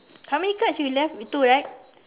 how many card you left with two right